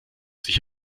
sich